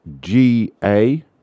G-A